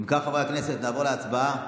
לעבור להצבעה.